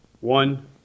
one